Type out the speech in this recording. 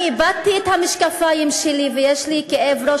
אני איבדתי את המשקפיים שלי ויש לי כאב ראש,